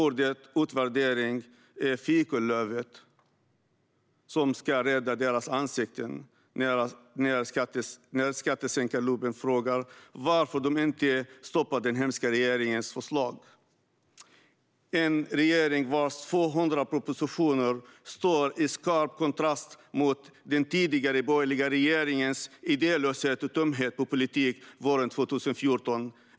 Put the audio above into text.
Ordet utvärdering är fikonlövet som ska rädda deras ansikten när skattesänkarlobbyn frågar varför de inte stoppar den hemska regeringens förslag. Regeringens 200 propositioner står i skarp kontrast mot den tidigare borgerliga regeringens idélöshet och tomhet på politik våren 2014.